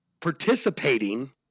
participating